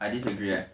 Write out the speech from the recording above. I disagree leh